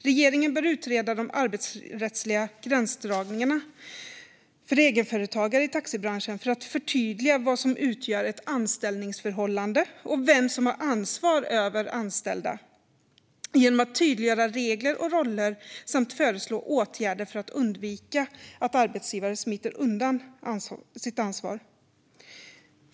Regeringen bör utreda de arbetsrättsliga gränsdragningarna för egenföretagare i taxibranschen för att förtydliga vad som utgör ett anställningsförhållande och vem som har ansvar för anställda och tydliggöra regler och roller samt föreslå åtgärder för att undvika att arbetsgivare smiter undan sitt ansvar.